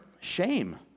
shame